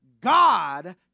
God